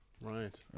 Right